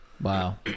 Wow